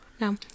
No